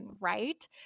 right